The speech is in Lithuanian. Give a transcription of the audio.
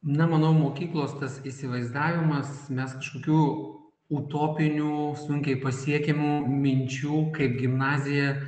na manau mokyklos tas įsivaizdavimas mes kažkokių utopinių sunkiai pasiekiamų minčių kaip gimnazija